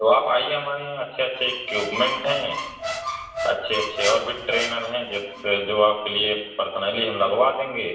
तो आप आइए हमारे यहाँ अच्छे अच्छे इक्विप्मेन्ट हैं अच्छे अच्छे और भी ट्रेनर हैं जो आपके लिए पर्सनली हम लगवा देंगे